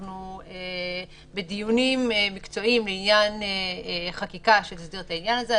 אנחנו בדיונים מקצועיים לעניין חקיקה שתסדיר את העניין הזה.